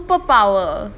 super power